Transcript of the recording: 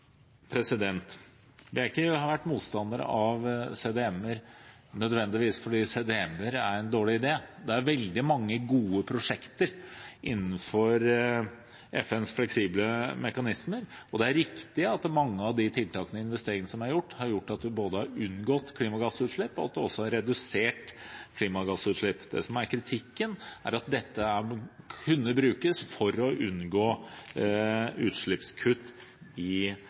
ikke vært motstander av CDM-er nødvendigvis fordi CDM-er er en dårlig idé. Det er veldig mange gode prosjekter innenfor FNs fleksible mekanismer, og det er riktig at mange av de tiltakene og investeringene som er gjort, har ført til at vi har unngått klimagassutslipp – og at det også har redusert klimagassutslipp. Det som er kritikken, er at dette kunne brukes for å unngå utslippskutt her i